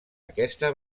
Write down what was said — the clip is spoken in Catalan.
aquesta